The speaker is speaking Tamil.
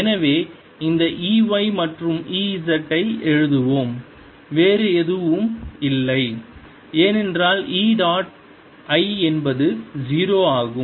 எனவே இந்த E y மற்றும் E z ஐ எழுதுவோம் வேறு எதுவும் இல்லை ஏனென்றால் E டாட் i என்பது 0 ஆகும்